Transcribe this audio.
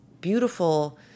beautiful